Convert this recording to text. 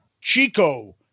Chico